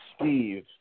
Steve